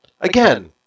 Again